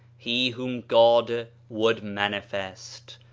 he whom god would manifest,